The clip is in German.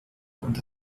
und